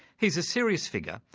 he's a serious figure,